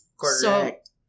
Correct